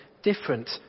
Different